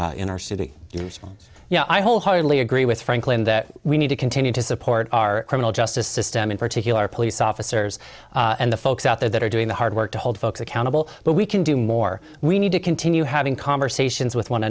know i wholeheartedly agree with franklin that we need to continue to support our criminal justice system in particular police officers and the folks out there that are doing the hard work to hold folks accountable but we can do more we need to continue having conversations with one